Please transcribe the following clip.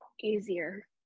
easier